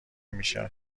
میشه